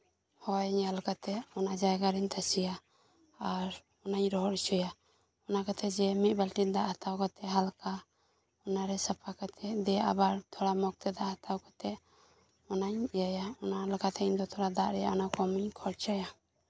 ᱦᱚᱭ ᱧᱮᱞ ᱠᱟᱛᱮ ᱚᱱᱟ ᱡᱟᱭᱜᱟᱨᱤᱧ ᱛᱟᱥᱮᱭᱟ ᱟᱨ ᱚᱱᱟᱧ ᱨᱚᱦᱚᱲ ᱦᱚᱪᱚᱭᱟ ᱚᱱᱟᱠᱟᱛᱮ ᱡᱮ ᱢᱤᱫ ᱵᱟᱞᱛᱤᱱ ᱫᱟᱜ ᱦᱟᱛᱟᱣ ᱠᱟᱛᱮ ᱦᱟᱞᱠᱟ ᱚᱱᱟᱨᱮ ᱥᱟᱯᱷᱟᱠᱟᱛᱮ ᱫᱮ ᱟᱵᱟᱨ ᱛᱷᱲᱟ ᱢᱚᱸᱜᱽ ᱛᱮ ᱛᱷᱚᱲᱟ ᱫᱟᱜ ᱦᱟᱛᱟᱣ ᱠᱟᱛᱮ ᱚᱱᱟᱧ ᱤᱭᱟᱹᱭᱟ ᱚᱱᱠᱟ ᱠᱟᱛᱮ ᱤᱧ ᱫᱚ ᱫᱟᱜ ᱨᱮᱭᱟᱜ ᱛᱷᱚᱲᱟ ᱠᱚᱢ ᱤᱧ ᱠᱷᱚᱨᱪᱟᱭᱟ